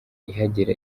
ihagera